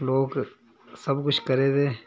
लोक सब कुछ करै दे